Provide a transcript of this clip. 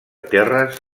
terres